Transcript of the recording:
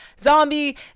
zombie